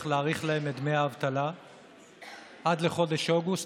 להאריך להם את דמי האבטלה עד לחודש אוגוסט,